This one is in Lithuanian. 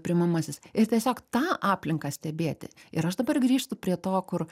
priimamasis ir tiesiog tą aplinką stebėti ir aš dabar grįžtu prie to kur